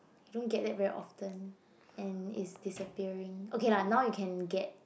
you don't get that very often and it's disappearing okay lah now you can get